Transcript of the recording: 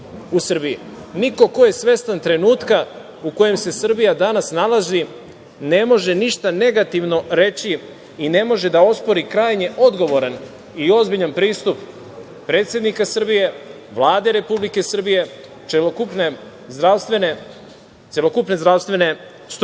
ko je svestan trenutka u kojem se Srbija danas nalazi ne može ništa negativno reći i ne može da ospori krajnje odgovoran i ozbiljan pristup predsednika Srbije, Vlade Republike Srbije, celokupne zdravstvene struke.